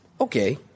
Okay